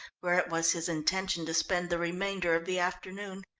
where it was his intention to spend the remainder of the afternoon.